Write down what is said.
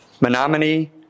Menominee